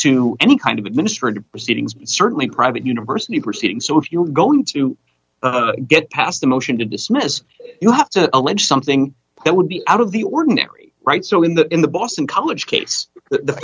to any kind of administrative proceedings certainly private university proceeding so if you're going to get past the motion to dismiss you have to allege something that would be out of the ordinary right so in the in the boston college case th